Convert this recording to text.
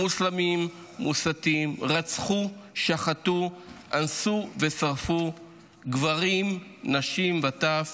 מוסלמים מוסתים, אנסו ושרפו גברים, נשים וטף